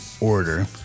order